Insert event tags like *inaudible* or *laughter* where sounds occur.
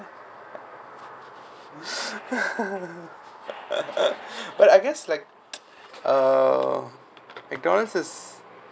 *laughs* but I guess like *noise* uh McDonald's is